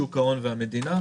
שוק ההון והמדינה,